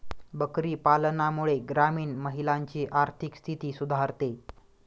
बकरी पालनामुळे ग्रामीण महिलांची आर्थिक स्थिती सुधारते